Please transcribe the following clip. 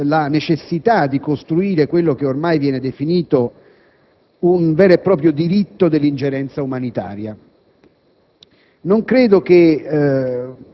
e produce anche la necessità di costruire quello che ormai viene definito un vero e proprio diritto dell'ingerenza umanitaria.